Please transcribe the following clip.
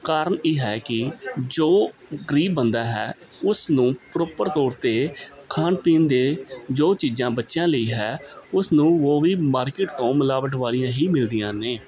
ਕਾਰਨ ਇਹ ਹੈ ਕਿ ਜੋ ਗਰੀਬ ਬੰਦਾ ਹੈ ਉਸ ਨੂੰ ਪ੍ਰੋਪਰ ਤੌਰ 'ਤੇ ਖਾਣ ਪੀਣ ਦੇ ਜੋ ਚੀਜ਼ਾਂ ਬੱਚਿਆਂ ਲਈ ਹੈ ਉਸ ਨੂੰ ਉਹ ਵੀ ਮਾਰਕੀਟ ਤੋਂ ਮਿਲਾਵਟ ਵਾਲੀਆਂ ਹੀ ਮਿਲਦੀਆਂ ਨੇ